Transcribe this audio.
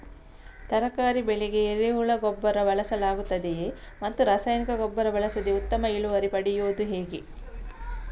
ತರಕಾರಿ ಬೆಳೆಗೆ ಎರೆಹುಳ ಗೊಬ್ಬರ ಬಳಸಲಾಗುತ್ತದೆಯೇ ಮತ್ತು ರಾಸಾಯನಿಕ ಗೊಬ್ಬರ ಬಳಸದೆ ಉತ್ತಮ ಇಳುವರಿ ಪಡೆಯುವುದು ಹೇಗೆ?